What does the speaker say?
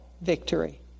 victory